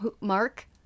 Mark